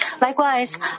Likewise